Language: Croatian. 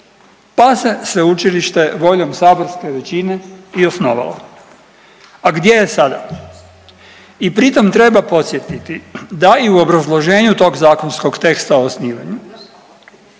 pa se sveučilište voljom saborske većine i osnovalo. A gdje je sada? I pritom treba podsjetiti da i u obrazloženju tog zakonskog teksta o osnivanju,